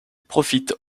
profite